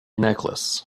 necklace